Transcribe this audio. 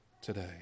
today